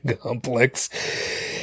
complex